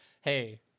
hey